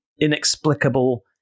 inexplicable